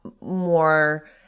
more